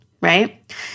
right